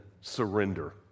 surrender